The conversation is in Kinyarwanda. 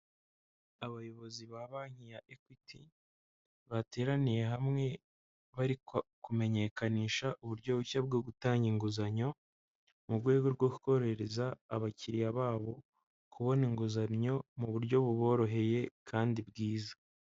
Abayobozi ba banki ya Ekwiti bateraniye hamwe, bari kumenyekanisha uburyo bushya bwo gutanga inguzanyo, mu rwego rwo korohereza abakiriya babo kubona inguzannyo mu buryo buboroheye kandi bwiza.